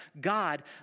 God